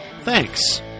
Thanks